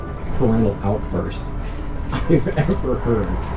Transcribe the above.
parental outburst i've ever heard.